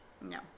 No